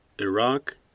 Iraq